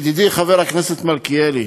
ידידי, חבר הכנסת מלכיאלי,